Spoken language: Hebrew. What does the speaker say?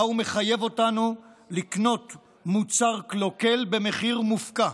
שבה הוא מחייב אותנו לקנות מוצר קלוקל במחיר מופקע.